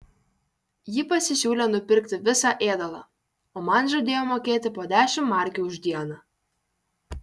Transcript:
ji pasisiūlė nupirkti visą ėdalą o man žadėjo mokėti po dešimt markių už dieną